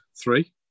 three